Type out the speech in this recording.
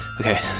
Okay